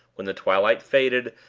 when the twilight faded,